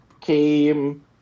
came